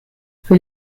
que